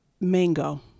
mango